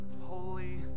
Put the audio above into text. holy